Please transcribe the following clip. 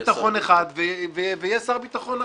יש שר ביטחון אחד ויהיה שר ביטחון אחר.